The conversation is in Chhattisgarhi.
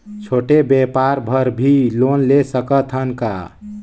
छोटे व्यापार बर भी लोन ले सकत हन का?